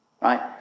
Right